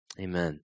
Amen